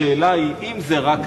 השאלה היא: אם זה רק